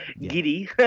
giddy